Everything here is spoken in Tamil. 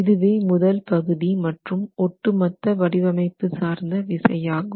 இதுவே முதல் பகுதி மற்றும் ஒட்டு மொத்த வடிவமைப்பு சார்ந்த விசையாகும்